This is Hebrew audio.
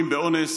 אם באונס,